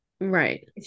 Right